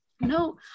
no